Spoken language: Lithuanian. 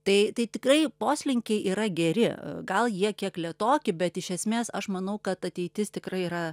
tai tikrai poslinkiai yra geri gal jie kiek lėtoki bet iš esmės aš manau kad ateitis tikrai yra